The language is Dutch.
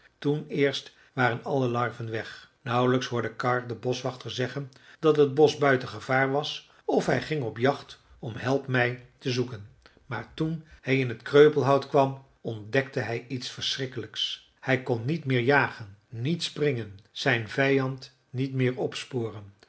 toen eerst waren alle larven weg nauwlijks hoorde karr den boschwachter zeggen dat het bosch buiten gevaar was of hij ging op jacht om helpmij te zoeken maar toen hij in het kreupelhout kwam ontdekte hij iets verschrikkelijks hij kon niet meer jagen niet springen zijn vijand niet meer opsporen